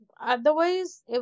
otherwise